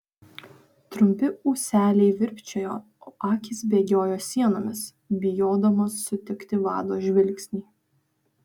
trumpi ūseliai virpčiojo o akys bėgiojo sienomis bijodamos sutikti vado žvilgsnį